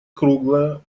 круглая